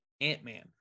Ant-Man